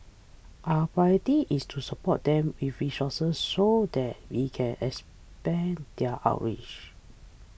our priority is to support them with resources so that we can expand their outreach